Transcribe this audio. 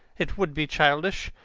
it would be childish.